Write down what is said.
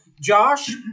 Josh